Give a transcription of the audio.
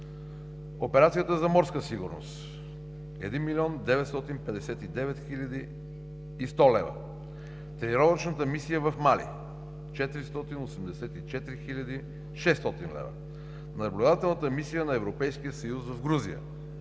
операцията за морска сигурност – 1 млн. 959 хил. 100 лв.; за тренировъчната мисия в Мали – 484 хил. 600 лв.; за наблюдателната мисия на Европейския съюз в Грузия –